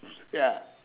ya